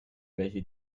welche